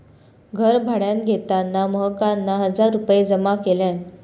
घर भाड्यान घेताना महकना हजार रुपये जमा केल्यान